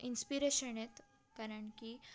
inspiration आहेत कारण की